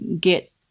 get